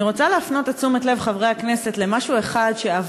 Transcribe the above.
אני רוצה להפנות את תשומת לב חברי הכנסת לדבר אחד שעבר,